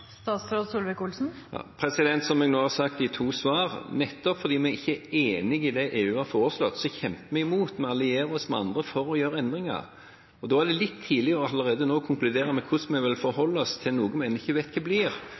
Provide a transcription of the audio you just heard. Som jeg nå har sagt i to svar: Nettopp fordi vi ikke er enig i det EU har forslått, kjemper vi imot. Vi allierer oss med andre for å få til endringer. Da er det litt tidlig allerede nå å konkludere med hvordan vi skal forholde oss til noe vi ikke vet hva blir,